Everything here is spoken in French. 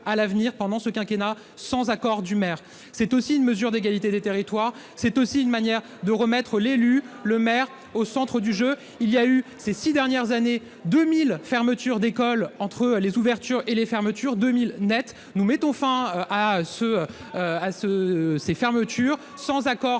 à l'avenir pendant ce quinquennat sans accord du maire, c'est aussi une mesure d'égalité des territoires, c'est aussi une manière de remettre l'élu le maire au centre du jeu, il y a eu ces 6 dernières années 2000, fermeture d'école, entre les ouvertures et les fermetures de 1000 Net, nous mettons fin à ce à ce ces fermetures, sans accord